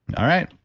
all right,